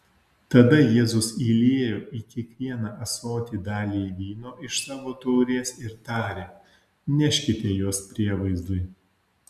tada jėzus įliejo į kiekvieną ąsotį dalį vyno iš savo taurės ir tarė neškite juos prievaizdui